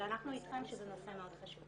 אבל אנחנו איתכם שזה נושא מאוד חשוב.